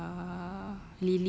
err